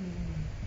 mm